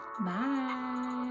Bye